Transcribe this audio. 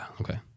okay